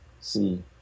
See